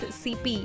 cp